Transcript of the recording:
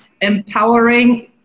empowering